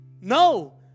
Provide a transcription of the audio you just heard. No